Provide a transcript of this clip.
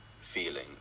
feeling